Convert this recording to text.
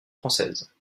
française